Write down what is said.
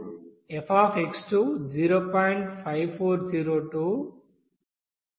5402 e 0